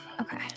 Okay